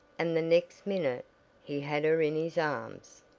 and the next minute he had her in his arms.